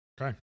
Okay